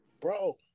Bro